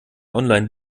online